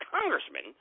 congressman